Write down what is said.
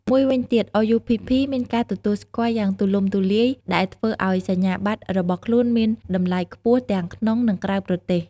មួយវិញទៀតRUPPមានការទទួលស្គាល់យ៉ាងទូលំទូលាយ ដែលធ្វើឱ្យសញ្ញាបត្ររបស់ខ្លួនមានតម្លៃខ្ពស់ទាំងក្នុង និងក្រៅប្រទេស។